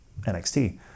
NXT